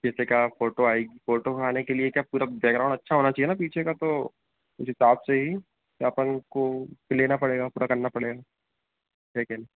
कैसे कहाँ फ़ोटो आएगी फ़ोटो वहाँ आने के लिए क्या पूरा बैकग्राउन्ड अच्छा होना चाहिए ना पीछे का तो उस हिसाब से ही अपन को फिर लेना पड़ेगा पूरा करना पड़ेगा लेकिन